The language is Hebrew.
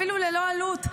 אפילו ללא עלות,